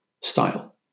Style